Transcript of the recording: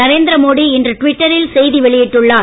நரேந்திர மோடி இன்று டுவிட்டரில் செய்தி வெளியிட்டுள்ளார்